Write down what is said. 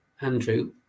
Andrew